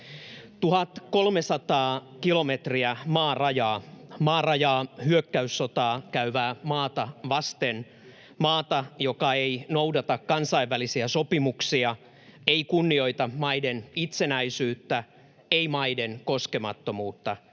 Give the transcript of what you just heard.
1 300 kilometriä maarajaa — maarajaa hyökkäyssotaa käyvää maata vasten. Maata, joka ei noudata kansainvälisiä sopimuksia, ei kunnioita maiden itsenäisyyttä, ei maiden koskemattomuutta,